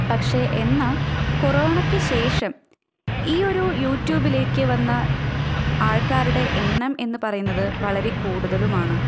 പക്ഷെ എന്നാൽ കൊറോണക്ക് ശേഷം ഈ ഒരു യൂറ്റൂബിലേക്ക് വന്ന ആള്ക്കാരുടെ എണ്ണം എന്ന് പറയുന്നത് വളരെ കൂടുതലുമാണ്